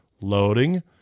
loading